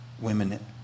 women